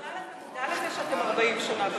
יובל, אתה מודע לזה שאתם 40 שנה בשלטון.